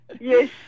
Yes